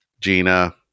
Gina